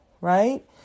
right